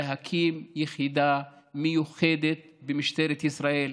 היא להקים יחידה מיוחדת במשטרת ישראל.